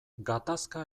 gatazka